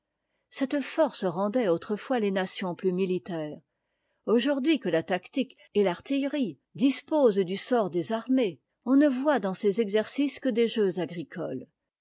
cette force rendait autrefois les nations plus militaires aujourd'hui que la tactique et l'artillerie disposent du sort des armées on ne voit dans ces exercices que des jeux agricoles